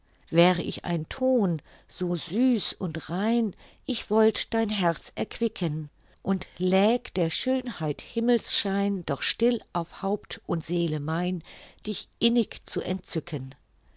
wär ich ein ton so süß und rein ich wollt dein herz erquicken und läg der schönheit himmelsschein doch still auf haupt und seele mein dich innig zu entzücken